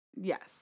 Yes